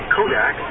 Kodak